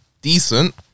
decent